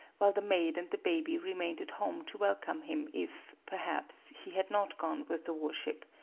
while the maid and the baby remained at home to welcome him if, perhaps, he had not gone with the war-ship.